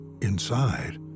Inside